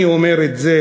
אני אומר את זה